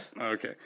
okay